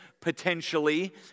potentially